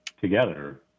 together